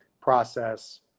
process